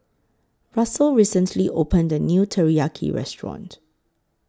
Russell recently opened The New Teriyaki Restaurant